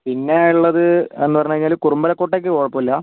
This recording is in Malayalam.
പിന്നെയുള്ളത് എന്ന് പറഞ്ഞു കഴിഞ്ഞാൽ കുറുമ്പലക്കോട്ടയ്ക്ക് കുഴപ്പമില്ല